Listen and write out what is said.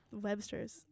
Webster's